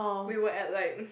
we were at like